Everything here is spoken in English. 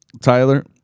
Tyler